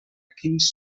quins